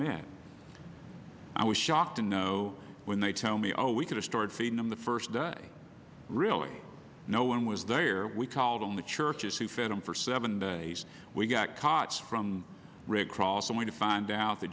met i was shocked to know when they tell me oh we could start feeding them the first day really no one was there we called on the churches who fed him for seven days we got caught from red cross only to find out th